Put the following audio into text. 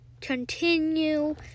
continue